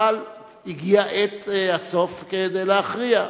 אבל הגיעה עת הסוף כדי להכריע.